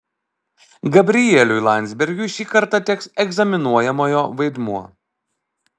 gabrieliui landsbergiui šį kartą teks egzaminuojamojo vaidmuo